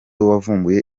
wavumbuye